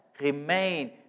remain